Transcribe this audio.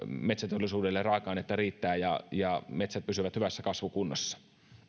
metsäteollisuudelle riittää raaka ainetta ja ja metsät pysyvät hyvässä kasvukunnossa